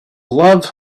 love